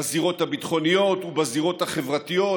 בזירות הביטחוניות ובזירות החברתיות,